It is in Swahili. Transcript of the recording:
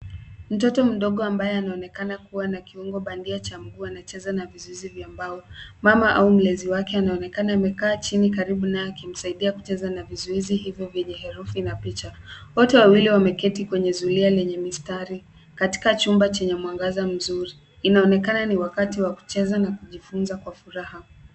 Mtoto mdogo ambaye anaonekana kuwa na kiungo bandia cha mguu anacheza na vizuizi vya mbao. Mama au mlezi wake amekaa chini karibu naye akimsaidia kucheza na vizuizi hivi vyenye herufi na picha. Wote wawili wameketi kwenye zulia lenye mistari katika chumba chenye mwangaza mzuri. Inaonekana ni wakati wa kucheza na kujifunza kwa furaha.